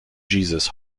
jesus